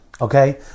Okay